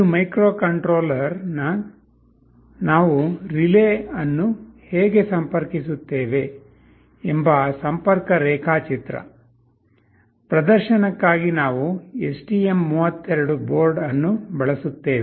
ಇದು ಮೈಕ್ರೊಕಂಟ್ರೋಲರ್ಗೆ ನಾವು ರಿಲೇ ಅನ್ನು ಹೇಗೆ ಸಂಪರ್ಕಿಸುತ್ತೇವೆ ಎಂಬ ಸಂಪರ್ಕ ರೇಖಾಚಿತ್ರ ಪ್ರದರ್ಶನಕ್ಕಾಗಿ ನಾವು STM32 ಬೋರ್ಡ್ ಅನ್ನು ಬಳಸುತ್ತೇವೆ